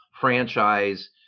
franchise